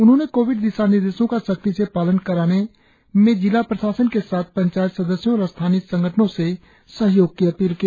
उन्होंने कोविड दिशानिर्देशों का सख्ती से पालन कराने में जिला प्रशासन के साथ पंचायत सदस्यों और स्थानीय संगठनों से सहयोग की अपील की